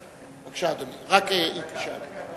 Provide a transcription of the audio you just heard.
בבקשה, חברת הכנסת רגב.